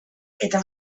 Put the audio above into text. eta